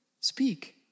speak